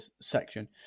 section